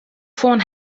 phone